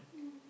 um